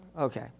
Okay